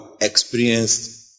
experienced